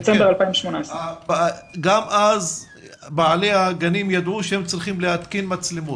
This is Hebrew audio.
גם אז בעלי הגנים ידעו שהם צריכים להתקין מצלמות.